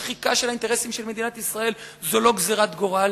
השחיקה של האינטרסים של מדינת ישראל זו לא גזירת גורל,